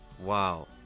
Wow